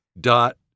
dot